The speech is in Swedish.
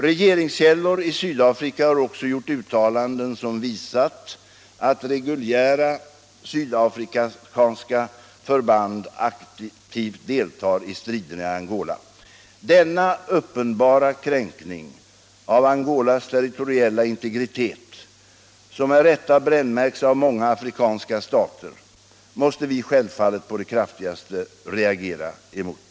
Regeringskällor i Sydafrika har också gjort uttalanden som visat att reguljära sydafrikanska förband aktivt deltar i striderna i Angola. Denna uppenbara kränkning av Angolas territoriella integritet, som med rätta brännmärks av många — Nr 32 afrikanska stater, måste vi självfallet på det kraftigaste reagera mot.